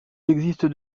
existe